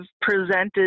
presented